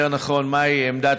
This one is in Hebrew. יותר נכון, מהי עמדת